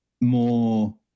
more